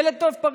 ילד טוב פריז.